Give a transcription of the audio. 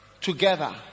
together